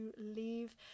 leave